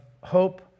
hope